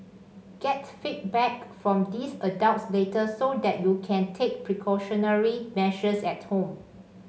get feedback from these adults later so that you can take precautionary measures at home